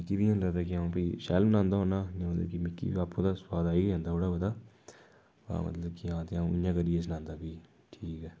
ते फ्ही मीं इ'यां लगदा कि अ'ऊं शैल बनांदा होन्ना मिगी बी आपूं तां सोआद आई गै जंदा थोह्ड़ा बौह्ता हां मतलब अ'ऊं ते इ'यां करियै सनांदा कि ठीक ऐ